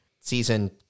season